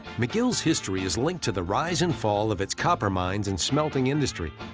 mcgill's history is linked to the rise and fall of its copper mines and smelting industry.